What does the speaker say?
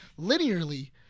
linearly